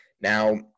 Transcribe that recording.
Now